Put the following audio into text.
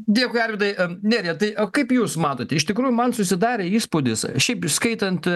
dėkui arvydai nerija tai o kaip jūs matot iš tikrųjų man susidarė įspūdis šiaip įskaitant